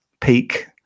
peak